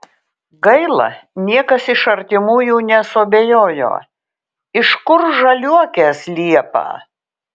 gaila niekas iš artimųjų nesuabejojo iš kur žaliuokės liepą